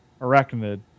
arachnid